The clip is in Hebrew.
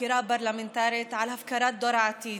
חקירה פרלמנטרית על הפקרת דור העתיד,